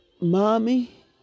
Mommy